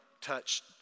touched